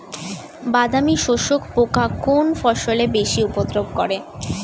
বাদামি শোষক পোকা কোন ফসলে বেশি উপদ্রব করে?